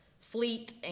fleet